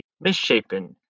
misshapen